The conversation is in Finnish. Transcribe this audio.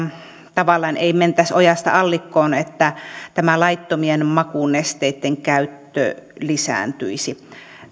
tavallaan ei mentäisi ojasta allikkoon että tämä laittomien makunesteitten käyttö lisääntyisi